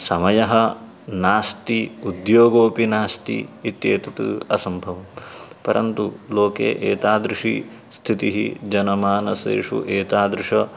समयः नास्ति उद्योगोऽपि नास्ति इत्येतत् असम्भवं परन्तु लोके एतादृशी स्थितिः जनमानसेषु एतादृशः